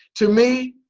to me,